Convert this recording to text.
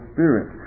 Spirit